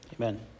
Amen